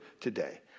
today